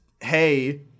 hey